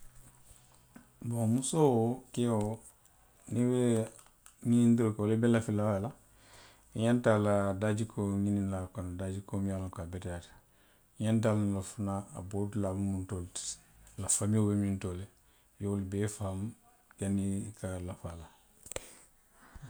Boŋ musoo, keo niŋ i be ňinindiroo ke la, i be lafi la a la, i ňanta a la daajikoo ňiniŋ na le kuwa, daajikoo miŋ ye a loŋ ko a beteyaata. I ňanta a loŋ na le fanaŋ a boo dulaa mu muntoo le ti. A la famio be mintoo le. I ye wolu bee fahamu, janniŋ i ka lafi a la